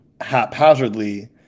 haphazardly